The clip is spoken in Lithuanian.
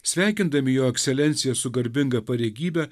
sveikindami jo ekscelenciją su garbinga pareigybe